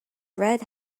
red